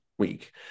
week